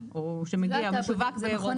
באירופה או שמשווק באירופה.